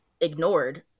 ignored